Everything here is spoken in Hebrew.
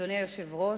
אדוני היושב-ראש,